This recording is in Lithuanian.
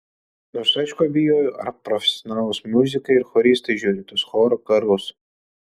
nors aišku abejoju ar profesionalūs muzikai ir choristai žiūri tuos chorų karus